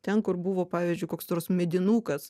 ten kur buvo pavyzdžiui koks nors medinukas